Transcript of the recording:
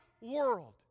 world